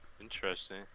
Interesting